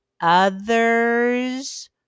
others